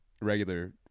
regular